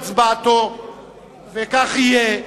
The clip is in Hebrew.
וכך יהיה.